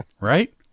Right